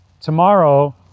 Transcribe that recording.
tomorrow